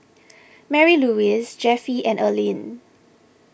Marylouise Jeffie and Earlene